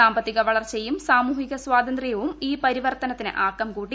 സാമ്പത്തിക വളർച്ചയും സാമൂഹിക സ്വാതന്ത്ര്യവും ഈ പരിവർത്തനത്തിന് ആക്കംകൂട്ടി